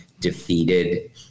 defeated